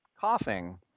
coughing